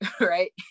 right